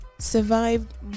survived